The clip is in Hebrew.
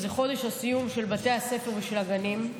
זה חודש הסיום של בתי הספר והגנים,